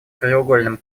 краеугольным